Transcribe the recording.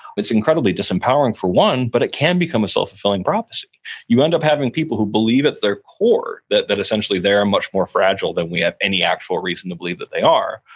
it's incredibly disempowering, for one, but it can become a self-fulfilling prophecy you end up having people who believe at their core that that essentially they are much more fragile than we have any actual reason to believe that they are,